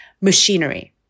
machinery